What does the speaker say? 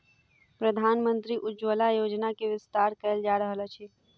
प्रधानमंत्री उज्ज्वला योजना के विस्तार कयल जा रहल अछि